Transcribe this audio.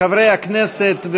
חברי הכנסת,